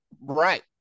right